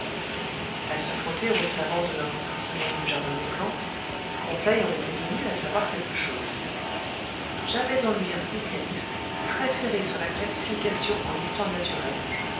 a se frotter aux savants de notre petit monde du jardin des plantes conseil en était venu à savoir quelque chose j'avais en lui un spécialiste très ferré sur la classification en histoire naturelle